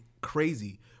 crazy